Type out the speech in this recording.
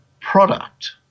product